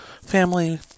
family